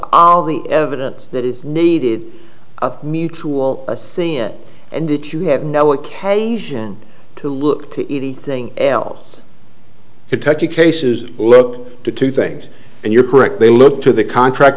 all the evidence that is needed of mutual see it and it you have no occasion to look to eat anything else kentucky cases look to two things and you're correct they look to the contract